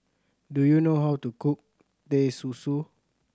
do you know how to cook Teh Susu